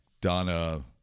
Donna